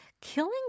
killing